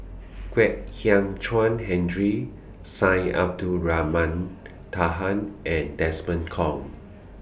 Kwek Hian Chuan Henry Syed Abdulrahman Taha and Desmond Kon